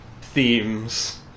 themes